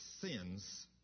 sins